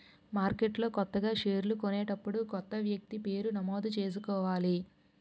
మార్కెట్లో కొత్తగా షేర్లు కొనేటప్పుడు కొత్త వ్యక్తి పేరు నమోదు చేసుకోవాలి